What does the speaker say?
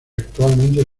actualmente